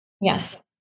Yes